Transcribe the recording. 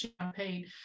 champagne